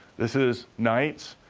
this is nights,